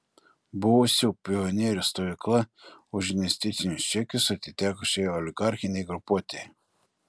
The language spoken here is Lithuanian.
buvusių pionierių stovykla už investicinius čekius atiteko šiai oligarchinei grupuotei